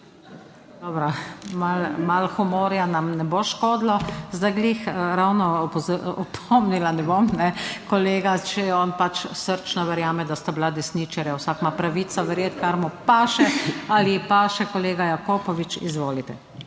Dobro, malo malo humorja nam ne bo škodilo. Zdaj "glih" ravno opomnila ne bom kolega, če on pač srčno verjame, da sta bila desničarja, vsak ima pravico verjeti, kar mu paše ali ji paše. Kolega Jakopovič, izvolite.